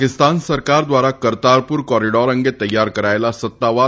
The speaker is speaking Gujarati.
પાકિસ્તાન સરકાર દ્વારા કરતારપુર કોરીડોર અંગે તૈયાર કરાયેલા સત્તાવાર